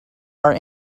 are